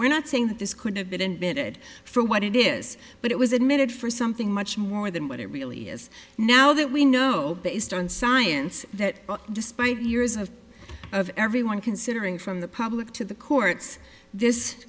we're not saying that this could have been invented for what it is but it was admitted for something much more than what it really is now that we know based on science that despite years of of everyone considering from the public to the courts this